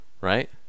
Right